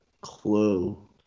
clue